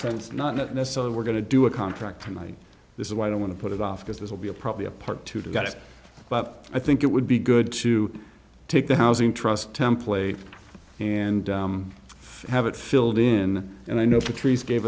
friends not necessarily we're going to do a contract for might this is why i don't want to put it off because there will be a probably a part two to get it but i think it would be good to take the housing trust template and have it filled in and i know patrice gave